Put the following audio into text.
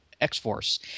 X-Force